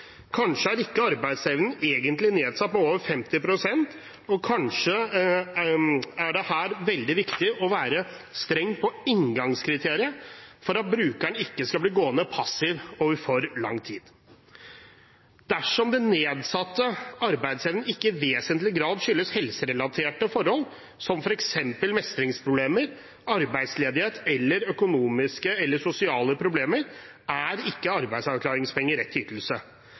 kanskje er det her veldig viktig å være streng på inngangskriteriet for at brukeren ikke skal bli gående passiv over lang tid:» Dersom den nedsatte arbeidsevnen ikke i vesentlig grad skyldes helserelaterte forhold, som f.eks. mestringsproblemer, arbeidsledighet eller økonomiske eller sosiale problemer, er ikke arbeidsavklaringspenger rett ytelse.